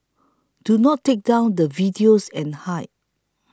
do not take down the videos and hide